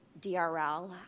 DRL